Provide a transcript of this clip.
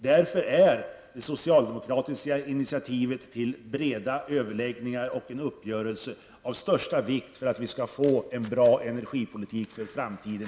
Därför är det socialdemokratiska initiativet till breda överläggningar och en uppgörelse av största vikt för att vi i Sverige skall få en bra energipolitik för framtiden.